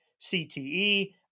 CTE